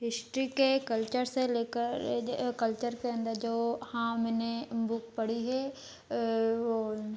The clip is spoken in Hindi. हिस्ट्री के कल्चर से लेकर कल्चर के अन्दर जो हाँ मैंने बुक पढ़ी है वो